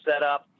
setup